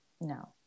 No